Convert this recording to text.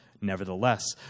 Nevertheless